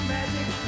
Magic